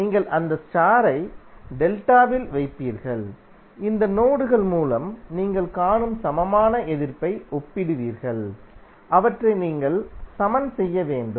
நீங்கள் அந்த ஸ்டாரை டெல்டாவில் வைப்பீர்கள் இந்த நோடுகள் மூலம் நீங்கள் காணும் சமமான எதிர்ப்பை ஒப்பிடுவீர்கள் அவற்றை நீங்கள் சமன் செய்ய வேண்டும்